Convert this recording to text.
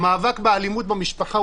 הייתי מקבלת מחלה.